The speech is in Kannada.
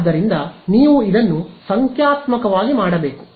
ಆದ್ದರಿಂದ ನೀವು ಇದನ್ನು ಸಂಖ್ಯಾತ್ಮಕವಾಗಿ ಮಾಡಬೇಕು